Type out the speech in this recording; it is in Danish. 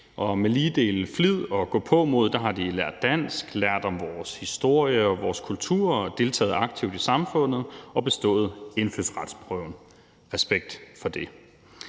og med lige dele flid og gåpåmod har de lært dansk, lært om vores historie og vores kultur og deltaget aktivt i samfundet og bestået indfødsretsprøven. Respekt for det.